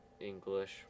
English